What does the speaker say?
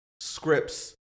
scripts